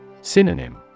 Synonym